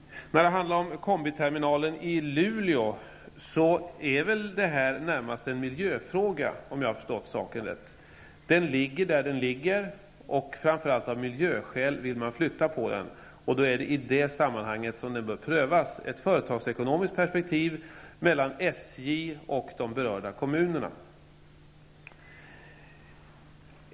Kombiterminalen i Luleå är väl närmast en miljöfråga, om jag har förstått saken rätt. Den ligger där den ligger, men man vill, framför allt av miljöskäl, flytta på den. Då är det i det sammanhanget som frågan bör prövas, i ett företagsekonomiskt perspektiv mellan SJ och de berörda kommunerna.